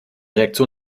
reaktion